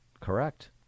Correct